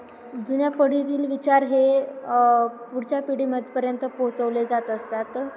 जुन्या पिढीतील विचार हे पुढच्या पिढीमध्येपर्यंत पोचवले जात असतात